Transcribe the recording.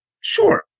sure